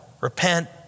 repent